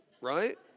right